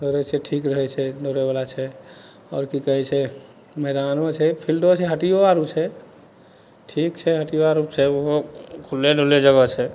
दौड़ै छै ठीक रहै छै दौड़ैवला छै आओर कि कहै छै मैदानो छै फिल्डो छै हटिओ आओर छै ठीक छै हटिओ आओर ओहो खुल्ले दुल्ले जगह छै